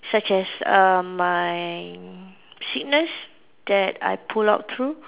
such as uh my sickness that I pull out through